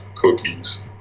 cookies